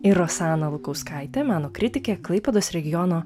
ir rosana lukauskaitė meno kritikė klaipėdos regiono